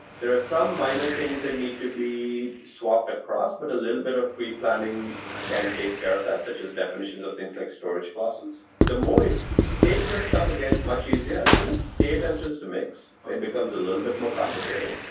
there are some minor things that need to be swapped across, but a little bit of preplanning can take care of that, such as definitions of things like storage classes. the more and stateless stuff again, much easier. as soon as state enters the mix, it becomes a little bit more complicated.